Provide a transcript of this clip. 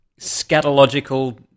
scatological